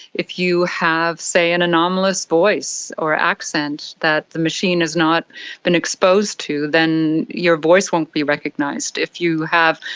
if you have, say, an anomalous voice or accent that the machine has not been exposed to, then your voice won't be recognised. if you have,